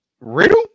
Riddle